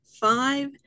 Five